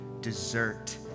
desert